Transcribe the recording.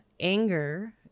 anger